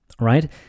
right